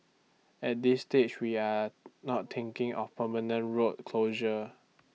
at this stage we are not thinking of permanent road closure